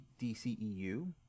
DCEU